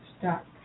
stuck